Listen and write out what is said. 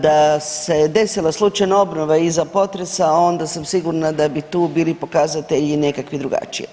Da se desila slučajno obnova iza potresa onda sam sigurna da bi tu bili pokazatelji nekakvi drugačiji.